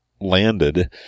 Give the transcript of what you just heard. landed